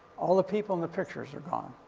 all the people in the pictures are gone.